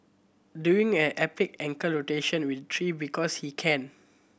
doing an epic ankle rotation with tree because he can